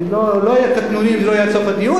אני לא אהיה קטנוני אם לא יהיה עד סוף הדיון,